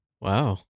wow